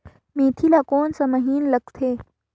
मेंथी ला कोन सा महीन लगथे?